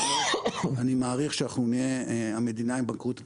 אני מעריך שאנחנו נהיה המדינה עם בנקאות פתוחה,